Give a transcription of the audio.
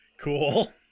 Cool